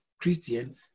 Christian